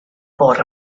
bore